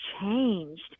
changed